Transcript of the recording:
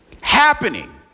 happening